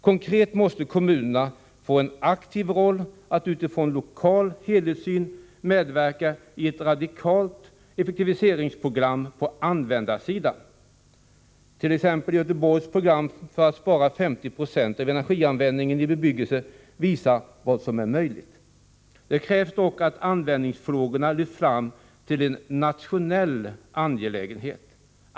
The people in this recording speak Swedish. Konkret måste kommunerna få en aktiv roll — att utifrån en lokal helhetssyn medverka i ett radikalt effektiviseringsprogram på användarsidan. T. ex. Göteborgsprogram för att spara 50 96 av energianvändningen i bebyggelsen visar vad som är möjligt. Det krävs dock att användningsfrågorna lyfts fram till en nationell angelägenhet.